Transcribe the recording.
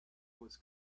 was